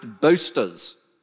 boasters